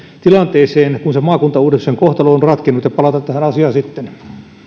tilanteeseen kun se maakuntauudistuksen kohtalo on ratkennut ja palata tähän asiaan sitten